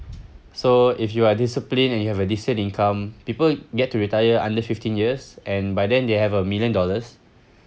so if you are disciplined and you have a decent income people get to retire under fifteen years and by then they have a million dollars